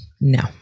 No